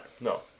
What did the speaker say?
No